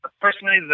personally